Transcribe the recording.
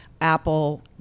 Apple